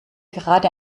gerade